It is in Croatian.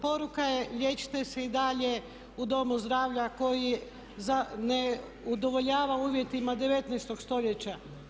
Poruka je liječite se i dalje u domu zdravlja koji ne udovoljava uvjetima 19. stoljeća.